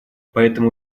поэтому